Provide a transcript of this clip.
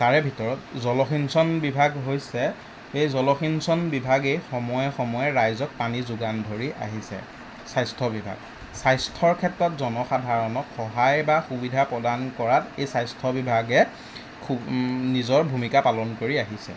তাৰে ভিতৰত জলসিঞ্চন বিভাগ হৈছে এই জলসিঞ্চন বিভাগে সময়ে সময়ে ৰাইজক পানী যোগান ধৰি আহিছে স্বাস্থ্য বিভাগ স্বাস্থ্যৰ ক্ষেত্ৰত জনসাধাৰণক সহায় বা সুবিধা প্ৰদান কৰাত এই স্বাস্থ্য বিভাগে খুব নিজৰ ভূমিকা পালন কৰি আহিছে